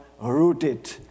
rooted